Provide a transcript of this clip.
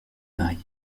marier